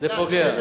זה פוגע.